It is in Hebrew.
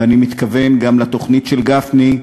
ואני מתכוון גם לתוכנית של גפני,